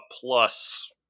plus